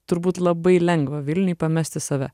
turbūt labai lengva vilniuj pamesti save